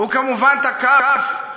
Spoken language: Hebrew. הוא כמובן תקף,